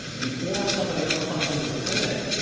before somebody ever comes into the clinic,